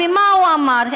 ומה הוא אמר?